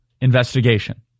investigation